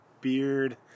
beard